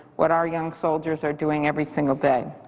what our young soldiers are doing every single day.